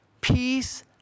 Peace